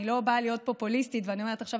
אני לא באה להיות פופוליסטית ולומר שעכשיו